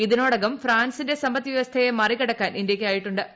ഇതിനോടകം ഫ്രാൻസിന്റെ സമ്പദ്വൃവസ്ഥയെ മറികടക്കാൻ ഇന്ത്യയ്ക്കായിട്ടു ്